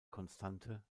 konstante